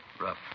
Rough